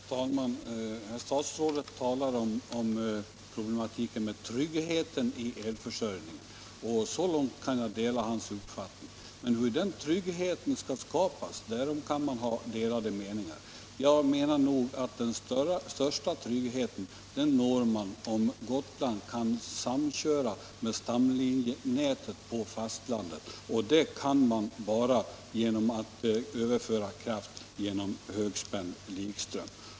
Herr talman! Statsrådet talade om problematiken med tryggheten när det gäller elförsörjningen, och så långt kan jag dela hans uppfattning. Men om hur tryggheten skall skapas kan man ha olika åsikter. Jag menar att man når den största tryggheten, om Gotland kan samköra med stamlinjenätet på fastlandet. Det kan bara ske om kraft överförs genom högspänd likström.